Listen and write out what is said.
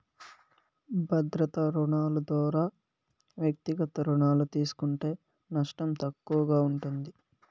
భద్రతా రుణాలు దోరా వ్యక్తిగత రుణాలు తీస్కుంటే నష్టం తక్కువగా ఉంటుంది